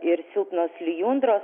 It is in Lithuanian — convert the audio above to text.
ir silpnos lijundros